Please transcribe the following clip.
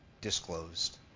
disclosed